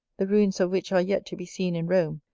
the ruins of which are yet to be seen in rome,